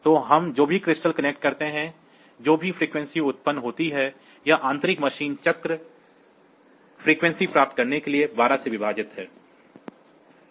तो हम जो भी क्रिस्टल कनेक्ट करते हैं जो भी आवृत्ति उत्पन्न होती है यह आंतरिक मशीन साइकिल आवृत्ति प्राप्त करने के लिए 12 से विभाजित है